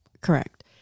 Correct